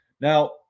now